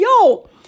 yo